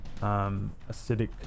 acidic